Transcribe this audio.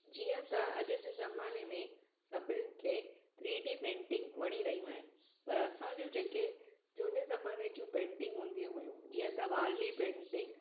जीअं त अॼु जे ज़माने में सभिनीनि खे थ्रीडी पेंटिंग वणी रहियूं आहिनि पर असांजे जेके झूने ज़माने जी पेंटिंग हूंदियूं हुयूं जीअं त वाली पेंटिंग